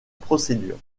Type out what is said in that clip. procédure